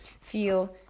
feel